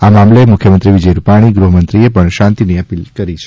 આ મામલે મુખ્યમંત્રી વિજય રૂપા ણી ગૃહમંત્રીએ પણ શાંતિની અપિલ કરી હતી